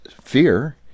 fear